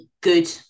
good